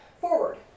forward